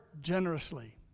generously